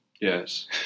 Yes